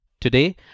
Today